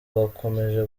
bakomeje